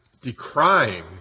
decrying